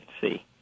see—